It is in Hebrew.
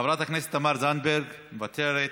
חברת הכנסת תמר זנדברג, מוותרת,